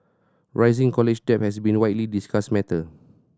rising college debt has been a widely discussed matter